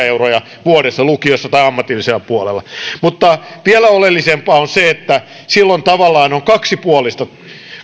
euroja vuodessa lukiossa tai ammatillisella puolella mutta vielä oleellisempaa on se että silloin tavallaan toiminta on kaksipuolista